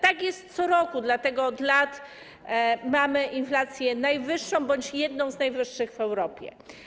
Tak jest co roku, dlatego od lat mamy inflację najwyższą bądź jedną z najwyższych w Europie.